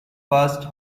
first